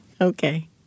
Okay